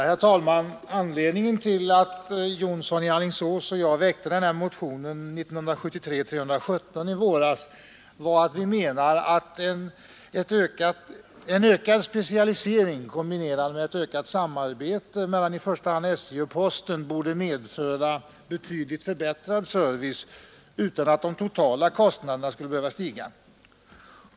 Herr talman! Anledningen till att herr Jonsson i Alingsås och jag väckte motionen 317 i våras var att vi menar att en ökad specialisering, kombinerad med ett ökat samarbete mellan i första hand SJ och postverket, borde kunna medföra betydligt förbättrad service utan att de totala kostnaderna skulle behöva stiga.